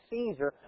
Caesar